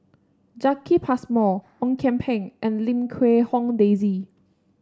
Jacki Passmore Ong Kian Peng and Lim Quee Hong Daisy